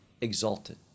exalted